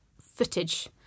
footage